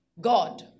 God